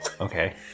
Okay